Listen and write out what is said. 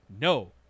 no